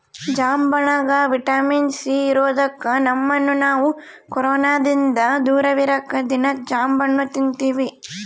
ಜಾಂಬಣ್ಣಗ vitamin C ಇರದೊಕ್ಕ ನಮ್ಮನ್ನು ನಾವು ಕೊರೊನದಿಂದ ದೂರವಿರಕ ದೀನಾ ಜಾಂಬಣ್ಣು ತಿನ್ತಿವಿ